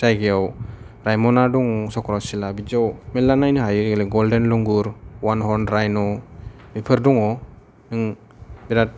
जायगायाव रायमना दङ चक्रासिला बिदियाव मेरला नायनो हायो एलाय गल्देन लांगुर अवान हर्न रायन' बेफोर दङ बिराद